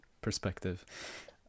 perspective